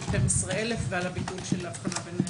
ל-12,000 ועל הבידול של האבחנה בין...